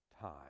time